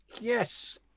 Yes